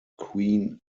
queen